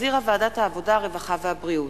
שהחזירה ועדת העבודה, הרווחה והבריאות,